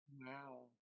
Wow